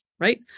Right